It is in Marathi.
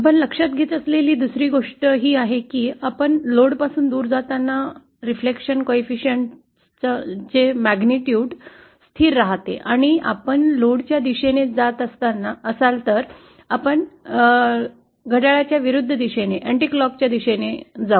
आपण लक्षात घेत असलेली दुसरी गोष्ट ही आहे की आपण लोड पासून दूर जाताना प्रतिबिंब गुणकांची परिमाण स्थिर राहते आणि जर आपण लोड च्या दिशेने जात असाल तर आपण अँटीक्लॉकच्या दिशेने जाऊ